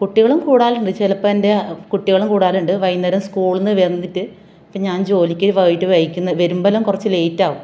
കുട്ടികളും കൂടലുണ്ട് ചിലപ്പോൾ എൻ്റെ കുട്ടികളും കൂടലുണ്ട് വൈകുന്നേരം സ്കൂളിൽ നിന്ന് വന്നിട്ട് ഇപ്പം ഞാൻ ജോലിക്ക് പോയിട്ട് വൈകിട്ട് വരുമ്പോൾ എല്ലാം കുറച്ച് ലേറ്റ് ആവും